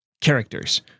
characters